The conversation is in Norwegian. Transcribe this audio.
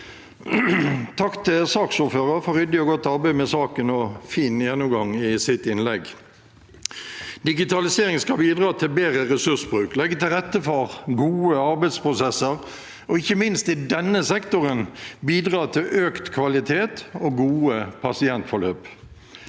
Takk til saksordføreren for ryddig og godt arbeid med saken og en fin gjennomgang i sitt innlegg. Digitalisering skal bidra til bedre ressursbruk, legge til rette for gode arbeidsprosesser og ikke minst i denne sektoren bidra til økt kvalitet og gode pasientforløp.